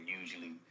usually